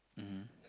mmhmm